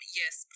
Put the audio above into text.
yes